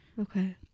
okay